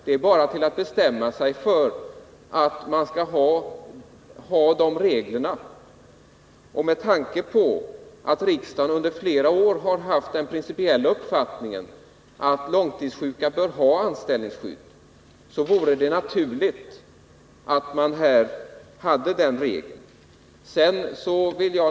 Det är bara att — för långtidssjuka, bestämma sig för att reglera det så. Och med tanke på att riksdagen under flera år har haft den principiella uppfattningen att långtidssjuka bör ha anställningsskydd vore det naturligt att ta med alla.